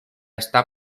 está